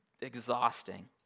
exhausting